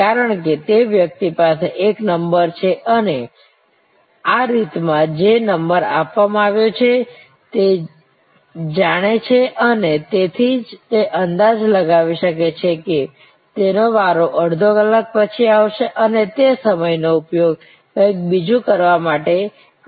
કારણ કે તે વ્યક્તિ પાસે એક નંબર છે અને આ રીત માં જે નંબર આપવામાં આવ્યો છે તે જાણે છે અને તેથી તે અંદાજ લગાવી શકે છે કે તેનો વારો અડધો કલાક પછી આવશે અને તે સમયનો ઉપયોગ કંઈક બીજું કરવા માટે કરી શકે છે